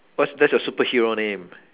what's that's your superhero name